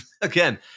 again